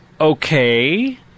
okay